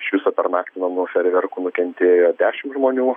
iš viso per naktį namų fejerverkų nukentėjo dešimt žmonių